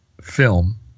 film